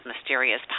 mysterious